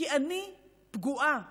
כי אני פגועה באמת,